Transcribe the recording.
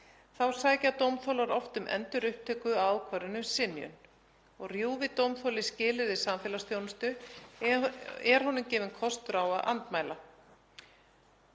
Þá sækja dómþolar oft um endurupptöku ákvörðunar um synjun. Rjúfi dómþoli skilyrði samfélagsþjónustu er honum gefinn kostur á að andmæla